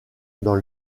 dans